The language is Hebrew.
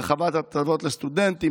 הרחבת הטבות לסטודנטים,